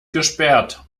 gesperrt